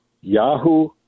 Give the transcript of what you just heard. Yahoo